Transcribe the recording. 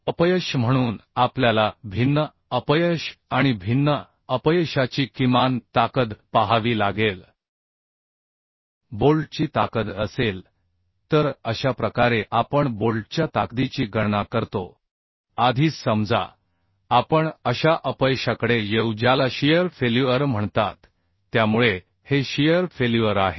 अपयश म्हणून आपल्याला भिन्न अपयश आणि भिन्न अपयशाची किमान ताकद पाहावी लागेल बोल्टची ताकद असेल तर अशा प्रकारे आपण बोल्टच्या ताकदीची गणना करतो आधी समजा आपण अशा अपयशाकडे येऊ ज्याला शियर फेल्युअर म्हणतात त्यामुळे हे शियर फेल्युअर आहे